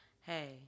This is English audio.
hey